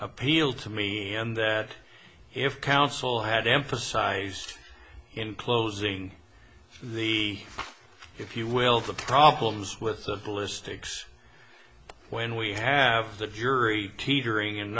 appeal to me and that if counsel had emphasized in closing the if you will the problems with the ballistics when we have the jury teetering and